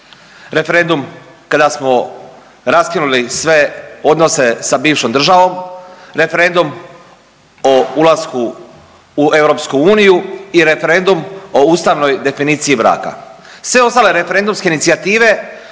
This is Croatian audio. referendum kada smo raskinuli sve odnose s bivšom državom, referendum o ulasku u EU i referendum o ustavnoj definiciji braka, sve ostale referendumske inicijative